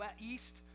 east